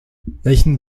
welchen